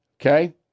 Okay